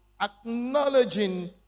acknowledging